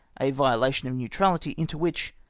a violation of neutrahty into which,